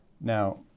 Now